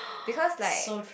because like